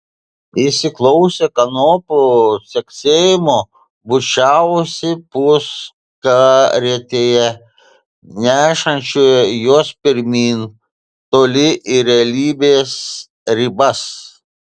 įsiklausę kanopų caksėjimo bučiavosi puskarietėje nešančioje juos pirmyn toli į realybės ribas